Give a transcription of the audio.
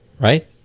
right